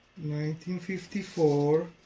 1954